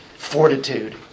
Fortitude